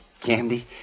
Candy